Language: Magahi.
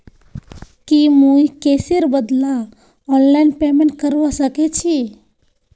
की मुई कैशेर बदला ऑनलाइन पेमेंट करवा सकेछी